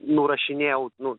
nurašinėjau nu